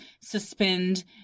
suspend